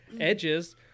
edges